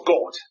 God